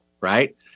right